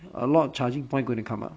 a lot of charging point going to come up